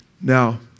Now